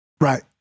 Right